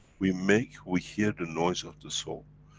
we make, we hear the noise of the soul.